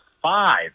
Five